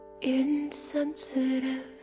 insensitive